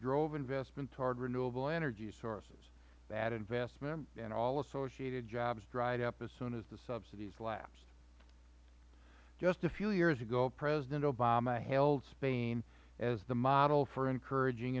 drove investment toward renewable energy sources that investment and all associated jobs dried up as soon as the subsidies lapsed just a few years ago president obama held spain as the model for encouraging